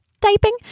typing